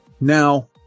Now